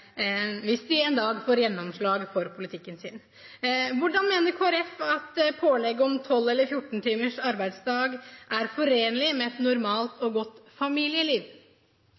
hvis de en dag får gjennomslag for politikken sin. Hvordan mener Kristelig Folkeparti at pålegget om 12 eller 14 timers arbeidsdag er forenlig med et normalt og godt familieliv?